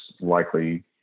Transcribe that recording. likely